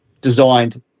designed